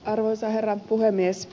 arvoisa herra puhemies